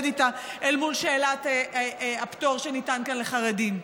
איתה אל מול שאלת הפטור שניתן כאן לחרדים.